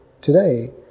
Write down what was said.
today